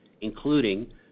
including